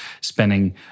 spending